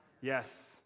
Yes